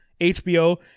HBO